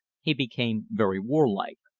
he became very warlike.